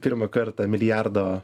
pirmą kartą milijardo